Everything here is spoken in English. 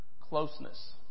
closeness